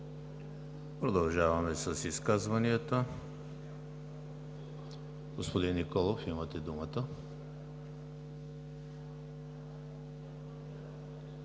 Продължаваме с изказванията. Господин Николов, имате думата.